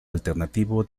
alternativo